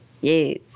Yes